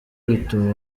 bituma